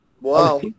Wow